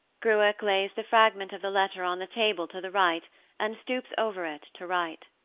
gruach lays the fragment of the letter on the table to the right and stoops over it to write.